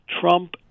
Trump